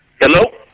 Hello